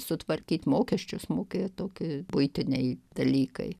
sutvarkyt mokesčius mokėt toki buitiniai dalykai